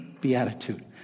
beatitude